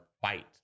fight